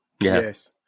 Yes